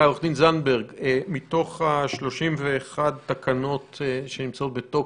מתוך 31 התקנות שנמצאות בתוקף,